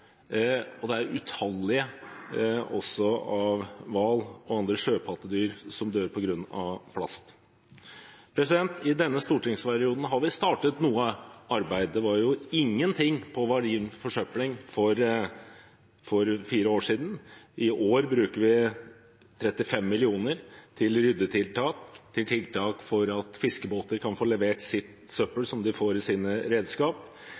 og det er også utallige hval og andre sjøpattedyr som dør på grunn av plast. I denne stortingsperioden har vi startet noe arbeid. Det var ingen ting på marin forsøpling for fire år siden. I år bruker vi 35 mill. kr til ryddetiltak, til tiltak for at fiskebåter kan få levert sitt søppel som de får i sine redskap.